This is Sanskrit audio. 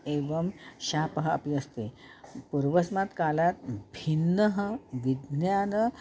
एवं शापः अपि अस्ति पूर्वस्मात् कालात् भिन्नं विज्ञानम्